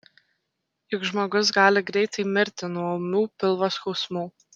juk žmogus gali greitai mirti nuo ūmių pilvo skausmų